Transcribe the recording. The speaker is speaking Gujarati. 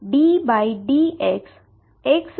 તેથી ∫xidψdxiddxxψdx છે